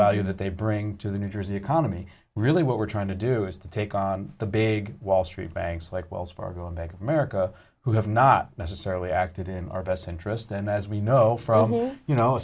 value that they bring to the new jersey economy really what we're trying to do is to take on the big wall street banks like wells fargo bank of america who have not necessarily acted in our best interest and as we know from here you know